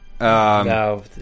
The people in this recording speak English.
No